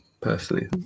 personally